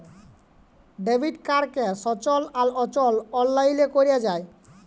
debit কাড়কে সচল আর অচল অললাইলে ক্যরা যায়